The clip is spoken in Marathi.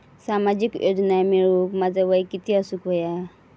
सामाजिक योजना मिळवूक माझा वय किती असूक व्हया?